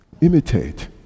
Imitate